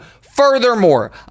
Furthermore